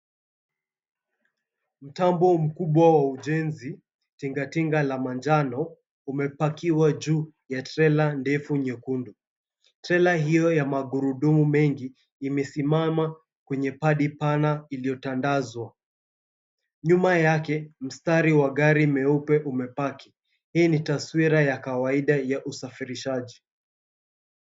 Mtambo mkubwa wa ujenzi, tingatinga la manjano umepakiwa juu ya trela ndefu nyekundu. Trela hiyo ya magurudumu mengi imesimama kwenye padi pana iliyotandazwa. Nyuma yake mstari wa gari meupe umepaki. Hii ni taswira ya kawaida ya usafirishaji.